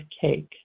cake